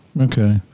okay